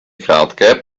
krátké